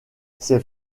ses